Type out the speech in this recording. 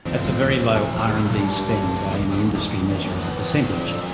that's a very low r and d spend by any industry measure as a percentage.